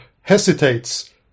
hesitates